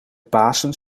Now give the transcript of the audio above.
pasen